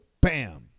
Bam